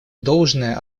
должное